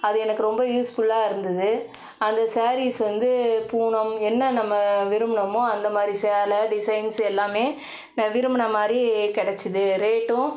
அது எனக்கு ரொம்ப யூஸ்ஃபுல்லாக இருந்தது அந்த ஸாரீஸ் வந்து பூனம் என்ன நம்ம விரும்பினோமோ அந்தமாதிரி சேலை டிசைன்ஸ் எல்லாமே நான் விரும்பின மாதிரி கிடைச்சிது ரேட்டும்